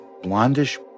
Blondish